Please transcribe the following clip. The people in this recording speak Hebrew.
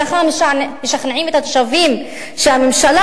ככה משכנעים את התושבים שהממשלה,